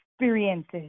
experiences